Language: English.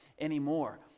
anymore